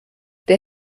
der